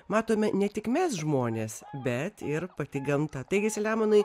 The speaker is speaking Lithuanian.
matome ne tik mes žmonės bet ir pati gamta taigi selemonai